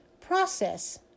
process